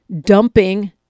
dumping